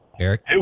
Eric